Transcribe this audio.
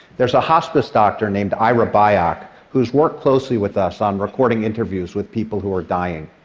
there's a hospice doctor named ira byock who has worked closely with us on recording interviews with people who are dying.